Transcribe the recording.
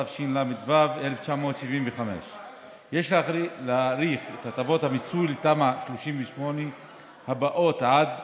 התשל"ו 1975. יש להאריך את הטבות המיסוי לתמ"א 38 הבאות עד